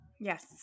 Yes